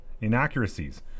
inaccuracies